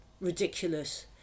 ridiculous